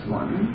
one